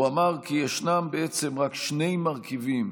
כי ישנם בעצם רק שני מרכיבים